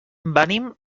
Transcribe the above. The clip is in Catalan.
venim